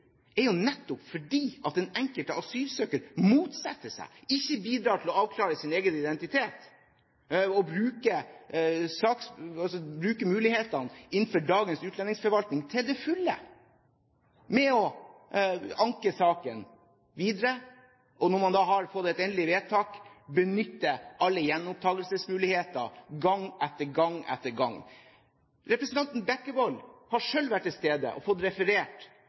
er jo nettopp at den enkelte asylsøker motsetter seg, ikke bidrar til å avklare sin egen identitet og bruker mulighetene innenfor dagens utlendingsforvaltning til fulle ved å anke saken videre, og når man så har fått et endelig vedtak, benytte alle gjenopptakelsesmuligheter gang etter gang etter gang. Representanten Bekkevold har selv vært til stede og fått referert